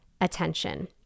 attention